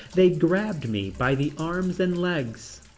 they grabbed me by the arms and legs.